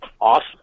awesome